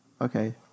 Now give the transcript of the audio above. Okay